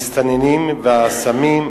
המסתננים והסמים,